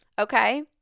Okay